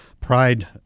Pride